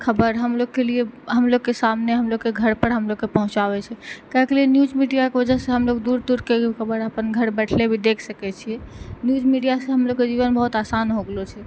खबर हमलोग के लिए हमलोग के समाने हमलोग के घर पर हमलोग के पहुँचाबै छै काहेके लिए न्यूज़ मीडिया के वजह सँ हमलोग दूर दूर के खबर अपन घर बैठले भी देख सकै छी न्यूज़ मीडिया सँ हमलोग के जीवन बहुत आसान हो गेलो छै